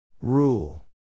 Rule